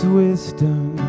wisdom